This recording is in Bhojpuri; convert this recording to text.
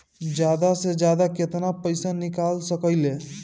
जादा से जादा कितना पैसा निकाल सकईले?